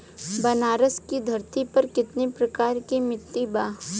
बनारस की धरती पर कितना प्रकार के मिट्टी बा?